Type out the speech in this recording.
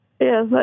Yes